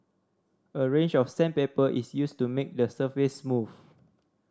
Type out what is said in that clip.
a range of sandpaper is used to make the surface smooth